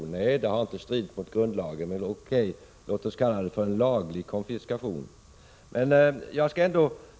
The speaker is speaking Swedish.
Nej, den har inte stridit mot grundlagen, så O.K., låt oss kalla den en laglig konfiskation.